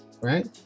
right